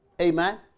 Amen